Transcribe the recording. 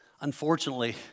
Unfortunately